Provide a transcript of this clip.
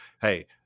hey